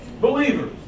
believers